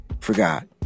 Forgot